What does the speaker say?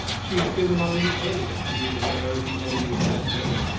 she had been among the earliest to be aware of the enemy's advent,